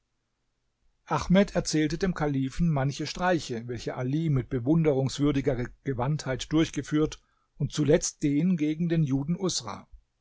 ahmed erzählte dem kalifen manche streiche welche ali mit bewunderungswürdiger gewandtheit durchgeführt und zuletzt den gegen den juden